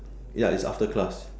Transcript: ya is after class